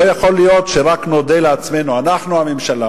לא יכול להיות שרק נודה לעצמנו, אנחנו, הממשלה.